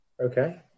okay